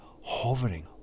hovering